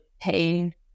pain